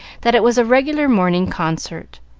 that it was a regular morning concert.